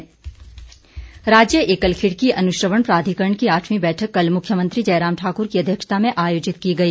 एकल खिड़की राज्य एकल खिड़की अनुश्रवण प्राधिकरण की आठवीं बैठक कल मुख्यमंत्री जयराम ठाकुर की अध्यक्षता में आयोजित की गई